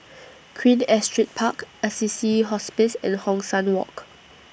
Queen Astrid Park Assisi Hospice and Hong San Walk